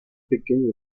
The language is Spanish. pequeño